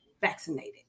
vaccinated